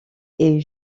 est